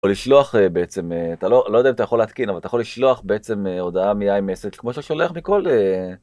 או לשלוח בעצם אתה לא יודע אם אתה יכול להתקין אבל אתה יכול לשלוח בעצם הודעה מ-i-message כמו ששולח מכל.